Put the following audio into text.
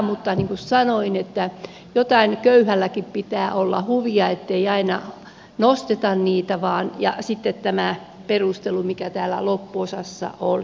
mutta niin kuin sanoin jotain huvia köyhälläkin pitää olla ettei aina nosteta niitä ja sitten tämä perustelu mikä täällä loppuosassa oli